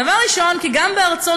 דבר ראשון, כי גם בארצות-הברית